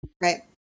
right